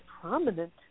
prominent